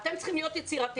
אתם צריכים להיות יצירתיים,